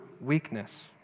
weakness